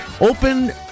Open